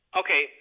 okay